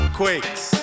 quakes